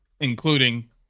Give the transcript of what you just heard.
including